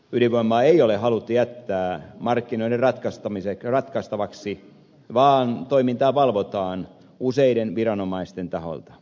ydinvoimaa ei ole haluttu jättää markkinoiden ratkaistavaksi vaan toimintaa valvotaan useiden viranomaisten taholta